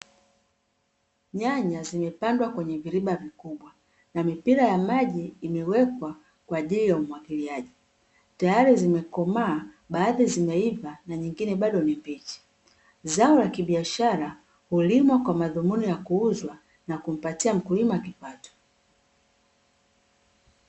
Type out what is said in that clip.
Nyanya zimepandwa kwenye viriba vikubwa, na mipira ya maji imewekwa kwa ajili ya umwagiliaji. Tayari zimekomaa, baadhi zimeiva na nyingine bado ni mbichi. Zao la kibiashara hulimwa kwa madhumuni ya kuuzwa na kumpatia mkulima kipato.